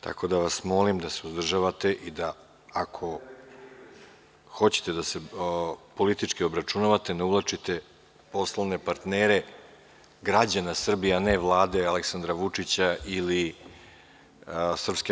Tako da vas molim da se uzdržavate i da, ako hoćete da se politički obračunavate, ne uvlačite poslovne partnere građana Srbije, a ne Vlade Aleksandra Vučića ili SNS.